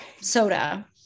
soda